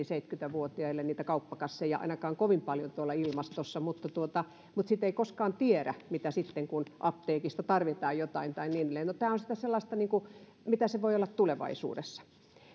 vuotiaille kauppakasseja ainakaan kovin paljon tuolla ilmastossa mutta sitä ei koskaan tiedä mitä sitten kun apteekista tarvitaan jotain tai niin edelleen no tämä on sitä sellaista mitä se voi olla tulevaisuudessa